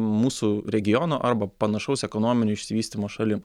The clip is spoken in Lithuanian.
mūsų regiono arba panašaus ekonominio išsivystymo šalim